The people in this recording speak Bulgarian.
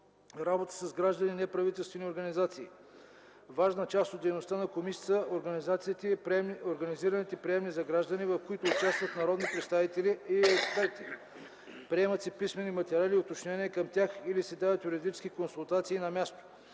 Работа с граждани и неправителствени организации Важна част от дейността на Комисията са организираните приемни за граждани, в които участват народни представители и експерти. Приемат се писмени материали и уточнения към тях или се дават юридически консултации на място.